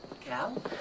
Cal